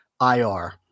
IR